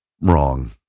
wrong